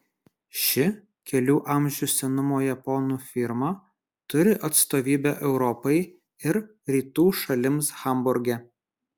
ši kelių amžių senumo japonų firma turi atstovybę europai ir rytų šalims hamburge